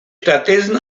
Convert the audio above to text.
stattdessen